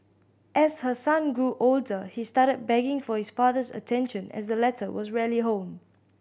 as her son grew older he started begging for his father's attention as the latter was rarely home